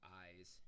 eyes